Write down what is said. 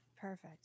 perfect